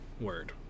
word